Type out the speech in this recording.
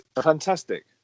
Fantastic